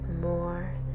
more